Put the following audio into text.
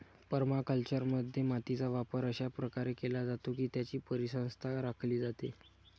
परमाकल्चरमध्ये, मातीचा वापर अशा प्रकारे केला जातो की त्याची परिसंस्था राखली जाते